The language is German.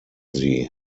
sie